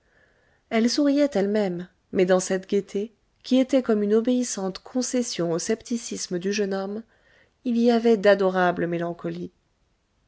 elle souriait elle-même mais dans cette gaieté qui était comme une obéissante concession au scepticisme du jeune homme il y avait d'adorables mélancolies